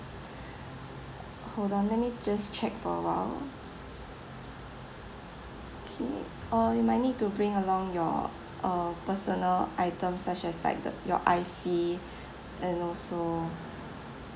hold on let me just check for awhile okay uh you might need to bring along your uh personal items such as like the your I_C and also